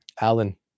Alan